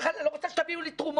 הוא יפה מאוד למסיבת עיתונים,